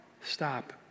Stop